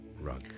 rug